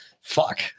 Fuck